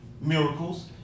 miracles